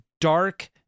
dark